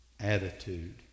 Attitude